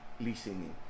listening